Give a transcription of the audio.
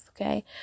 Okay